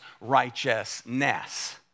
righteousness